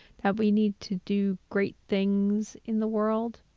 that we need to do great things in the world.